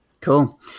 Cool